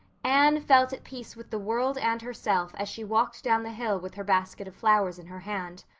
anne felt at peace with the world and herself as she walked down the hill with her basket of flowers in her hand.